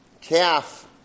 calf